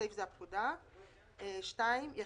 --- לא,